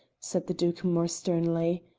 said the duke more sternly,